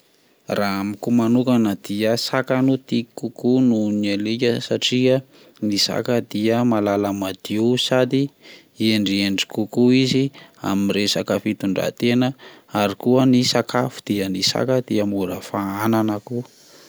Raha amiko manokana dia saka no tiako kokoa noho ny alika satria ny saka dia mahalala madio sady hendrihendry kokoa izy amin'ny resaka fitondrantena, ary koa ny sakafo dia ny saka dia mora fahanana koa.